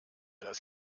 das